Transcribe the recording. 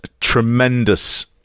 tremendous